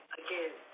again